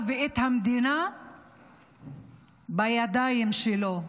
המדינה בידיים שלו,